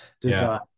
design